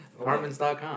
Apartments.com